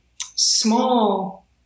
small